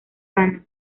vano